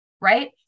right